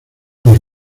los